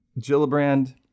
Gillibrand